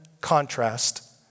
contrast